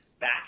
back